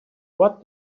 what